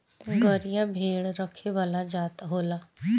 गरेरिया भेड़ रखे वाला जात होला